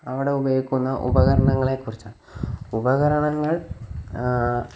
അവിടെ ഉപയോഗിക്കുന്ന ഉപകരണങ്ങളെക്കുറിച്ചാണ് ഉപകരണങ്ങൾ